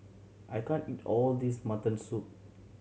I can't eat all this mutton soup